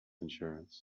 insurance